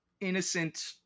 innocent